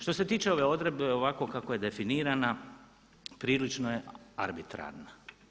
Što se tiče ove odredbe ovako kako je definirana prilično je arbitrarna.